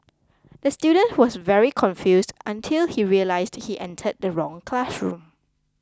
the student was very confused until he realised he entered the wrong classroom